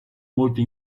molte